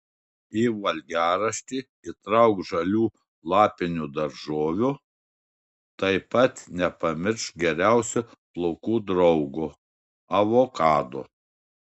į valgiaraštį įtrauk žalių lapinių daržovių taip pat nepamiršk geriausio plaukų draugo avokado